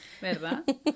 Verdad